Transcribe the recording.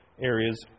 areas